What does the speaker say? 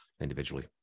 individually